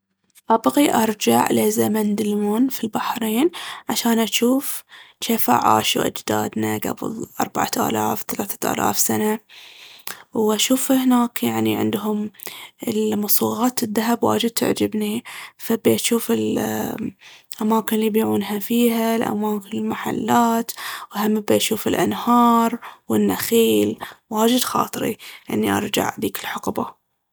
ابغي ارجع لي زمن دلمون في البحرين عشان اجوف جيفه عاشوا اأجدادنا قبل أربعة آلاف ثلاثة آلاف سنة. وأشوف هناك يعني عندهم ال- مصوغات الذهب واجد تعجبني، فأبي أجوف الأماكن اللي يبيعونها فيها، الأماكن والمحلات، وهم أبي أشوف الأنهار والنخيل. واجد خاطري اني ارجع ذيك الحقبة.